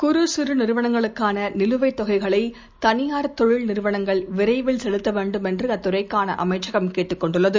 குறு சிறு நிறுவனங்களுக்கான நிலுவைத் தொகைகளை தனியார் தொழில் நிறுவனங்கள் விரைவில் செலுத்த வேண்டும் என்று அத்துறைக்கான அமைச்சகம் கேட்டுக்கொண்டுள்ளது